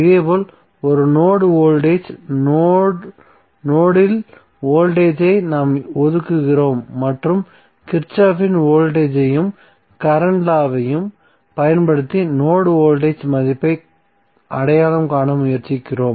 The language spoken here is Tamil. இதேபோல் ஒரு நோட் வோல்டேஜ் நோட் இல் வோல்டேஜ் ஐ நாம் ஒதுக்குகிறோம் மற்றும் கிர்ச்சோஃப்பின் வோல்டேஜ் ஐயும் Kirchhoff's voltage கரண்ட் லா வையும் பயன்படுத்தி நோட் வோல்டேஜ் மதிப்பை அடையாளம் காண முயற்சிக்கிறோம்